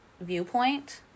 viewpoint